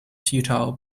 futile